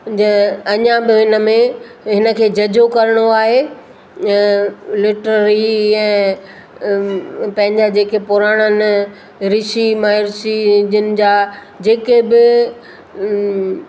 जंहिं अञा बि इन में हिन खे जजो करिणो आहे लिटररी ऐं पंहिंजा जेके पुराणनि ऋषि महाऋषि जंहिंजा जेके बि